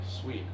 sweet